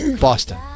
Boston